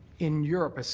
in europe, so